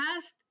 past